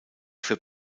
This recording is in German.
für